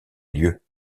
lieu